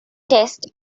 test